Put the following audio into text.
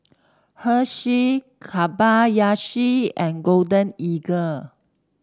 Herschel Kobayashi and Golden Eagle